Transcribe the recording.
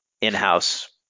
in-house